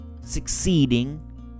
succeeding